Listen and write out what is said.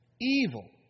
evil